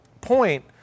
point